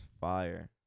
fire